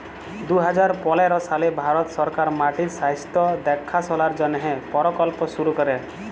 দু হাজার পলের সালে ভারত সরকার মাটির স্বাস্থ্য দ্যাখাশলার জ্যনহে পরকল্প শুরু ক্যরে